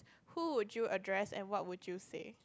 who would you address and what would you say